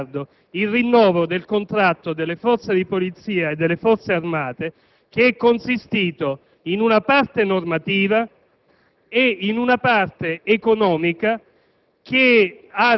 con due rinnovi e due code contrattuali, le Forze di polizia hanno ottenuto, in media, a testa un aumento complessivo di 410 euro lordi,